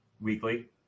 Weekly